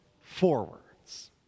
forwards